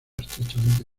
estrechamente